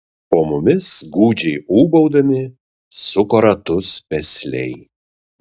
po mumis gūdžiai ūbaudami suko ratus pesliai